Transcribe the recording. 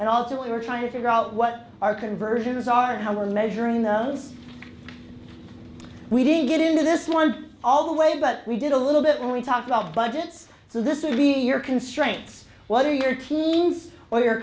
and also we were trying to figure out what our conversions are and how we're measuring those we didn't get into this one all the way but we did a little bit and we talked about budgets so this is really your constraints what are your team's or your